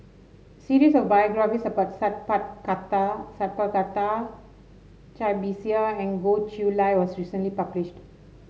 a series of biographies about Sat Pal Khattar Sat Pal Khattar Cai Bixia and Goh Chiew Lye was recently published